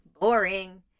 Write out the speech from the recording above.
boring